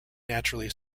naturally